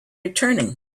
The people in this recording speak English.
returning